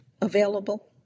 available